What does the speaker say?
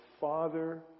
father